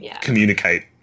communicate